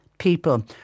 People